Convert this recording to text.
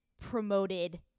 promoted